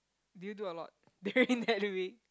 do you do a lot during that week